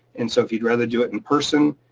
and so if you'd rather do it in person,